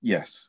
Yes